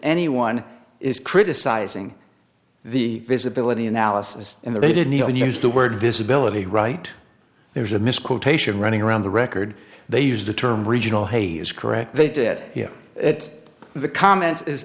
anyone is criticizing the visibility analysis and they didn't even use the word visibility right there's a misquotation running around the record they used the term regional hey is correct they did it the comment i